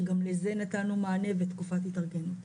שגם לזה נתנו מענה ותקופת התארגנות.